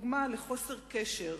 כדוגמה לחוסר קשר,